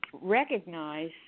recognize